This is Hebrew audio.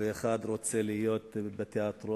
ואחד רוצה להיות בתיאטרון,